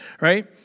right